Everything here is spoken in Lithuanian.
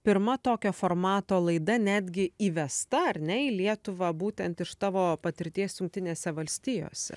pirma tokio formato laida netgi įvesta ar ne į lietuvą būtent iš tavo patirties jungtinėse valstijose